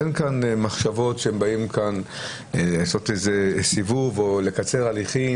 אין כאן מחשבות שהם באים כאן לעשות איזה סיבוב או לקצר הליכים.